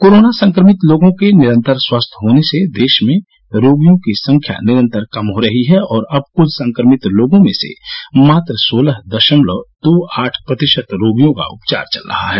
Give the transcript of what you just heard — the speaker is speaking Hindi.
कोरोना संक्रमित लोगों के निरंतर स्वस्थ होने से देश में रोगियों की संख्या निरंतर कम हो रही है और अब कुल संक्रमित लोगों में से मात्र सोलह दशमलव दो आठ प्रतिशत रोगियों का उपचार चल रहा है